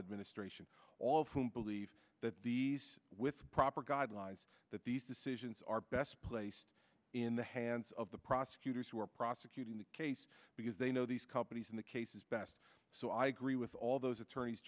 administration all of whom believe that these with proper guidelines that these decisions are best placed in the hands of the prosecutors who are prosecuting the case because they know these companies in the cases best so i agree with all those attorneys